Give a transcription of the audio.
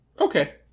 Okay